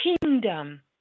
kingdom